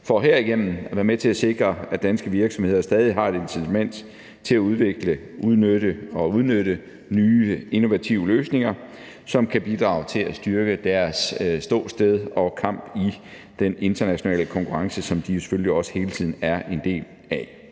for herigennem at være med til at sikre, at danske virksomheder stadig har et incitament til at udvikle og udnytte nye innovative løsninger, som kan bidrage til at styrke deres ståsted og kamp i den internationale konkurrence, som de jo selvfølgelig også hele tiden er en del af.